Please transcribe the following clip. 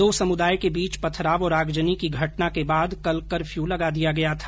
दो समुदाय के बीच पथराव और आगजनी की घटना के बाद कल केप्यू लगा दिया गया था